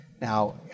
Now